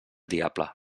diable